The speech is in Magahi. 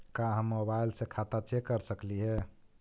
का हम मोबाईल से खाता चेक कर सकली हे?